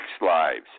lives